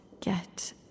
get